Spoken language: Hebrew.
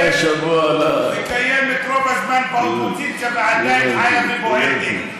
רוב הזמן באופוזיציה, ועדיין חיה ובועטת.